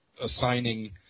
assigning